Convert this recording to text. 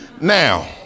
Now